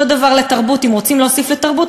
אותו דבר לתרבות: אם רוצים להוסיף לתרבות,